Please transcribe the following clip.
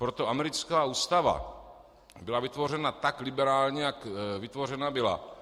Proto americká ústava byla vytvořena tak liberálně, jak vytvořena byla.